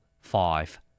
Five